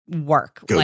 work